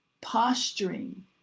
posturing